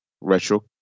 retro